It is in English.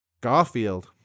Garfield